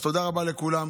אז תודה רבה לכולם,